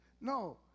No